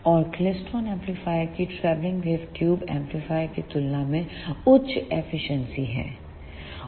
और क्लेस्ट्रॉन एम्पलीफायरों की ट्रैवलिंग वेव ट्यूब एम्पलीफायरों की तुलना में उच्च एफिशिएंसी है